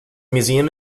museum